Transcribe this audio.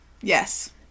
Yes